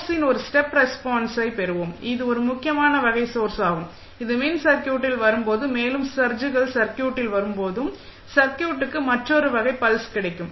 சோர்ஸின் ஒரு ஸ்டெப் ரெஸ்பான்ஸை பெறுவோம் இது ஒரு முக்கியமான வகை சோர்ஸாகும் இது மின் சர்க்யூட்டில் வரும் போது மேலும் சர்ஜ்கள் சர்க்யூட்டில் வரும் போதும் சர்க்யூட்டிற்கு மற்றொரு வகை பல்ஸ் கிடைக்கும்